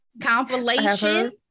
compilation